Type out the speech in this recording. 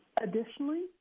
Additionally